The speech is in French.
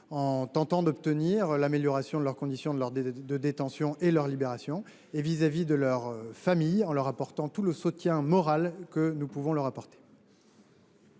en tentant d’obtenir l’amélioration de leurs conditions de détention et leur libération. Nous sommes également aux côtés de leur famille, en leur apportant tout le soutien moral que nous pouvons leur donner.